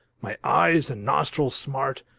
my eyes and nostrils smart.